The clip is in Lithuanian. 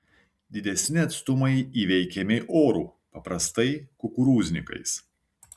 didesni atstumai įveikiami oru paprastai kukurūznikais